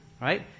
Right